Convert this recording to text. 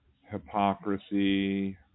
hypocrisy